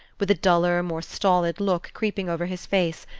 with a duller, more stolid look creeping over his face,